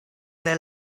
their